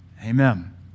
Amen